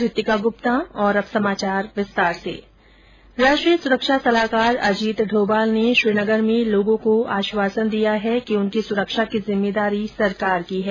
राष्ट्रीय सुरक्षा सलाहकार अजीत डोभाल ने श्रीनगर में लोगों को आश्वासन दिया है कि उनकी सुरक्षा की जिम्मेदारी सरकार की है